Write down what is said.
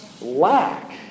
lack